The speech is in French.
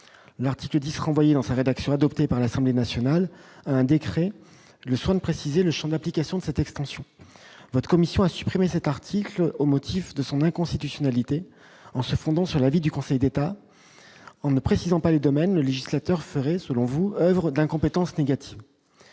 l'article 10 renvoyé dans sa rédaction adoptée par l'Assemblée nationale : un décret le soin de préciser le Champ d'application de cette extension votre commission a supprimé cet article au motif de son inconstitutionnalité en se fondant sur l'avis du Conseil d'État en ne précisant pas les domaines le législateur ferait selon vous, Oeuvres d'incompétence négative